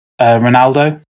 Ronaldo